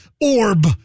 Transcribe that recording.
orb